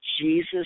Jesus